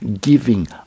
giving